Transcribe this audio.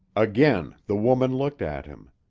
again the woman looked at him.